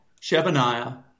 Shebaniah